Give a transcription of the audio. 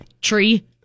tree